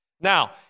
Now